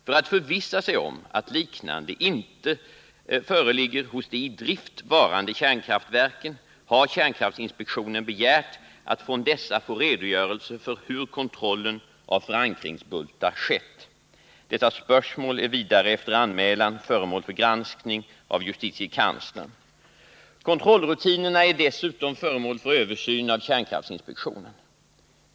För att förvissa sig om att liknande inte föreligger hos de i drift varande kärnkraftverken har kärnkraftinspektionen begärt att från dessa få en redogörelse för hur kontrollen av förankringsbultar skett. Dessa spörsmål är vidare efter anmälan föremål för granskning av justitiekanslern. Kontrollrutinerna är dessutom föremål för översyn av kärnkraftinspektionen.